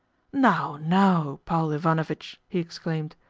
now, now, paul ivanovitch! he exclaimed.